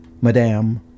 Madame